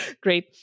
Great